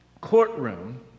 courtroom